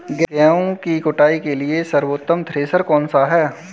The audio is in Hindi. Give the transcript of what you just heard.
गेहूँ की कुटाई के लिए सर्वोत्तम थ्रेसर कौनसा है?